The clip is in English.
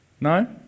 No